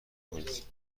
کنید